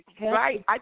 Right